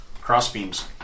crossbeams